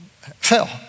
Fell